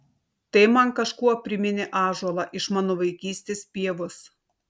tai man kažkuo priminė ąžuolą iš mano vaikystės pievos